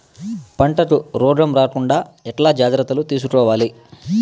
పంటకు రోగం రాకుండా ఎట్లా జాగ్రత్తలు తీసుకోవాలి?